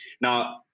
Now